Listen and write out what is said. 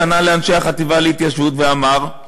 פנה לאנשי החטיבה להתיישבות ואמר: